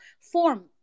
form